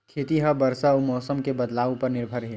खेती हा बरसा अउ मौसम के बदलाव उपर निर्भर हे